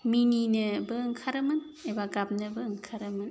मिनिनोबो ओंखारोमोन एबा गाबनोबो ओंखारोमोन